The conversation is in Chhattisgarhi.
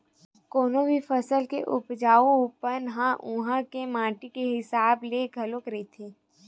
कोनो भी फसल के उपजाउ पन ह उहाँ के माटी के हिसाब ले घलो रहिथे